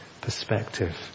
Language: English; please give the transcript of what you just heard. perspective